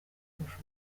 kurusha